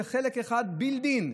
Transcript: זה חלק אחד built in.